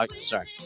sorry